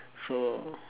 so